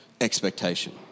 expectation